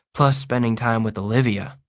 plus spending time with olivia.